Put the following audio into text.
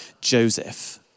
Joseph